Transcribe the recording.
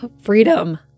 Freedom